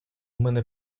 мене